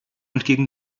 entgegen